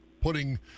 putting